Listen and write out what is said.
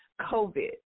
COVID